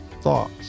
thoughts